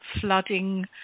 flooding